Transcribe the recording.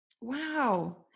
Wow